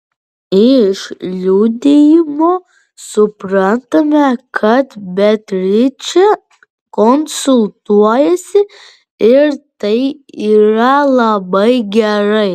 iš liudijimo suprantame kad beatričė konsultuojasi ir tai yra labai gerai